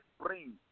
brain